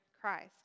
Christ